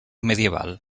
medieval